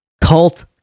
Cult